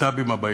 והבקת"בים הבאים,